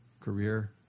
career